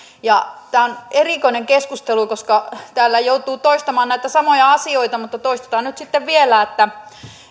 tämä on erikoinen keskustelu koska täällä joutuu toistamaan näitä samoja asioita mutta toistetaan nyt sitten vielä että